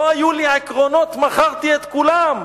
לא היו לי עקרונות, מכרתי את כולם.